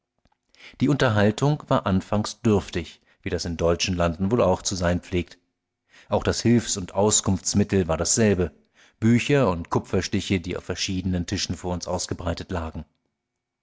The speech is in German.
die unterhaltung war anfangs dürftig wie das in deutschen landen wohl auch zu sein pflegt auch das hilfs und auskunftsmittel war dasselbe bücher und kupferstiche die auf verschiedenen tischen vor uns ausgebreitet lagen